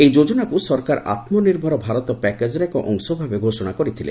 ଏହି ଯୋଜନାକୁ ସରକାର ଆତ୍ମନିର୍ଭର ଭାରତ ପ୍ୟାକେଜ୍ର ଏକ ଅଂଶଭାବେ ଘୋଷଣା କରିଥିଲେ